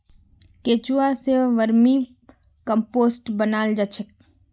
केंचुआ स vermicompost बनाल जा छेक